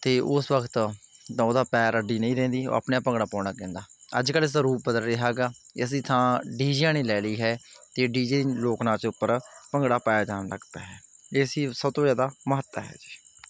ਅਤੇ ਉਸ ਵਕਤ ਤਾਂ ਉਹਦਾ ਪੈਰ ਅੱਡੀ ਨਹੀਂ ਰਹਿੰਦੀ ਉਹ ਆਪਣੇ ਆਪ ਭੰਗੜਾ ਪਾਉਣਾ ਕਹਿੰਦਾ ਅੱਜ ਕੱਲ੍ਹ ਇਸਦਾ ਰੂਪ ਬਦਲ ਰਿਹਾ ਗਾ ਇਸਦੀ ਥਾਂ ਡੀਜਿਆਂ ਨੇ ਲੈ ਲਈ ਹੈ ਅਤੇ ਡੀਜੇ ਲੋਕ ਨਾਚ ਉੱਪਰ ਭੰਗੜਾ ਪਾਇਆ ਜਾਣ ਲੱਗ ਪਿਆ ਹੈ ਇਸ ਦੀ ਸਭ ਤੋਂ ਜ਼ਿਆਦਾ ਮਹੱਤਤਾ ਹੈ ਜੀ